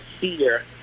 fear